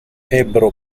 ebbero